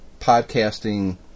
podcasting